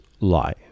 lie